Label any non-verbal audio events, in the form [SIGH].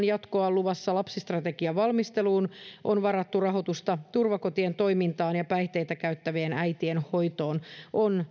[UNINTELLIGIBLE] jatkoa on luvassa lapsistrategian valmisteluun on varattu rahoitusta turvakotien toimintaan ja päihteitä käyttävien äitien hoitoon on [UNINTELLIGIBLE]